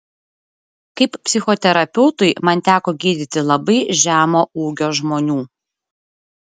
kaip psichoterapeutui man teko gydyti labai žemo ūgio žmonių